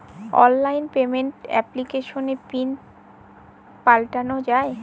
online payment এপ্লিকেশনে pin পাল্টানো যায়